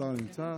השר נמצא?